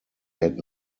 had